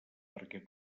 perquè